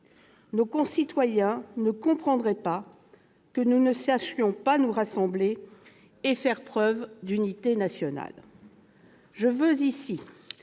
nos concitoyens ne comprendraient pas que nous ne sachions pas nous rassembler et faire preuve d'unité nationale.